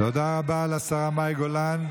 תודה רבה לשרה מאי גולן.